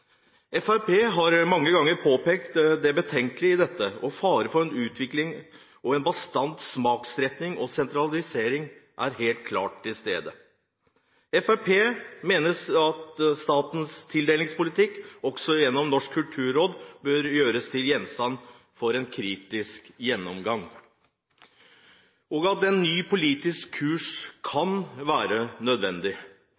har mange ganger påpekt det betenkelige i dette, og faren for utvikling av en bastant smaksretning og sentralisering er helt klart til stede. Fremskrittspartiet mener at statens tildelingspolitikk, også gjennom Norsk kulturråd, bør gjøres til gjenstand for en kritisk gjennomgang, og at en ny politisk kurs